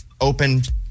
opened